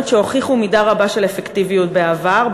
שהוכיחו מידה רבה של אפקטיביות בעבר,